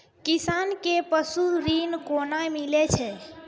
किसान कऽ पसु ऋण कोना मिलै छै?